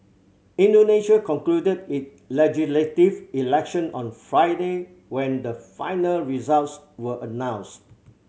Indonesia concluded its legislative election on Friday when the final results were announced